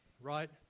right